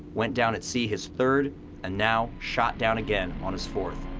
went down at sea his third and now shot down again on his fourth.